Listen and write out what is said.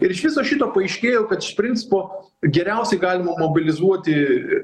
ir iš viso šito paaiškėjo kad iš principo geriausiai galima mobilizuoti